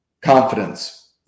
confidence